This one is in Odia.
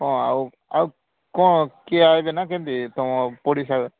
ହଁ ଆଉ ଆଉ କ'ଣ କିଏ ଆସିବେ ନା କେମତି ତୁମ ପଡ଼ିଶାରେ